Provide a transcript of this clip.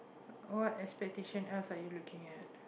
what expectation else are you looking at